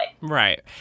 Right